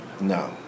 No